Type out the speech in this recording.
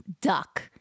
duck